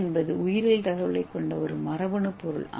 ஏ என்பது உயிரியல் தகவல்களைக் கொண்ட ஒரு மரபணு பொருள்